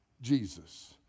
Jesus